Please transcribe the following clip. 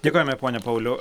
dėkojame pone pauliau